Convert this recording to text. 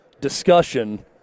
discussion